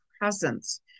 presence